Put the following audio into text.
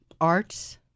arts